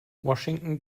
washington